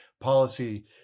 policy